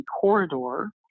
corridor